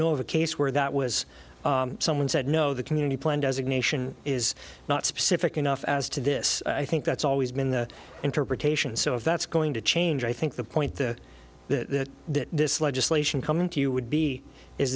know of a case where that was someone said no the community plan designation is not specific enough as to this i think that's always been the interpretation so if that's going to change i think the point that that that this legislation coming to you would be is